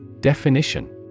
Definition